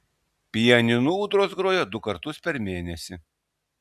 pianinu ūdros groja du kartus per mėnesį